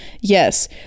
Yes